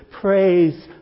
praise